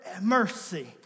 mercy